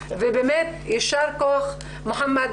ובאמת יישר כוח מוחמד.